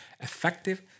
effective